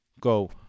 go